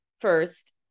first